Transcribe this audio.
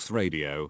radio